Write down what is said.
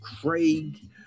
Craig